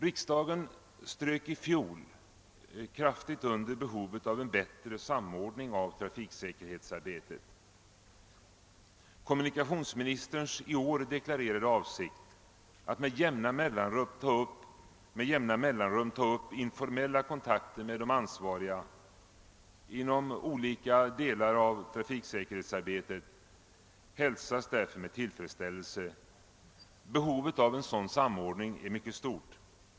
Riksdagen strök i fjol kraftigt under behovet av en bättre samordning av trafiksäkerhetsarbetet. Kommunikationsministerns i år deklarerade avsikt att med jämna mellanrum ta upp informella kontakter med de ansvariga inom olika delar av trafiksäkerhetsarbetet hälsas därför med tillfredsställelse. Behovet av en sådan samordning är mycket stort.